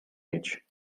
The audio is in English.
age